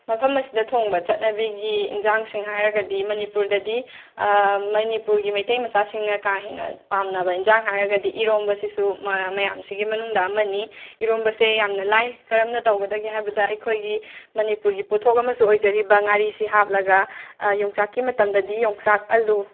ꯃꯐꯝ ꯑꯁꯤꯗ ꯊꯣꯡꯕ ꯆꯠꯅꯕꯤꯒꯤ ꯏꯟꯖꯥꯡꯁꯤꯡ ꯍꯥꯏꯔꯒꯗꯤ ꯃꯅꯤꯄꯨꯔꯗꯗꯤ ꯃꯅꯤꯄꯨꯔꯒꯤ ꯃꯩꯇꯩ ꯃꯆꯥꯁꯤꯡꯅ ꯀꯥ ꯍꯦꯟꯅ ꯄꯥꯝꯅꯕ ꯏꯟꯖꯥꯡ ꯍꯥꯏꯔꯒꯗꯤ ꯏꯔꯣꯝꯕꯁꯤꯁꯨ ꯃ ꯃꯌꯥꯝꯁꯤꯒꯤ ꯃꯅꯨꯡꯗ ꯑꯃꯅꯤ ꯏꯔꯣꯝꯕꯁꯦ ꯌꯥꯝꯅ ꯂꯥꯏ ꯀꯔꯝꯅ ꯇꯧꯒꯗꯒꯦ ꯍꯥꯏꯕꯗ ꯑꯩꯈꯣꯏꯒꯤ ꯃꯅꯤꯄꯨꯔꯒꯤ ꯄꯣꯠꯊꯣꯛ ꯑꯃꯁꯨ ꯑꯣꯏꯖꯔꯤꯕ ꯉꯥꯔꯤꯁꯤ ꯍꯥꯞꯂꯒ ꯌꯣꯡꯆꯥꯛꯀꯤ ꯃꯇꯝꯗꯗꯤ ꯌꯣꯡꯆꯥꯛ ꯑꯜꯂꯨ